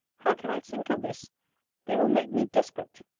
how can i think of this they will make me desperate.